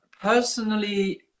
personally